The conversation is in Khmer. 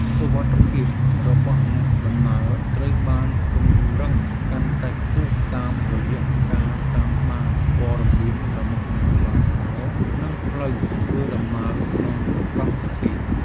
សុវត្ថិភាពរបស់អ្នកដំណើរត្រូវបានពង្រឹងកាន់តែខ្ពស់តាមរយៈការតាមដានព័ត៌មានរបស់អ្នកបើកបរនិងផ្លូវធ្វើដំណើរក្នុងកម្មវិធី។